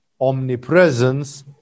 omnipresence